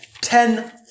Ten